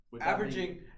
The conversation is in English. Averaging